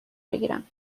بگیرم